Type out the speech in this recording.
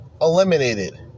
Eliminated